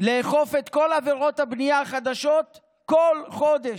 לאכוף בכל עבירות הבנייה החדשות כל חודש,